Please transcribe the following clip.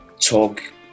talk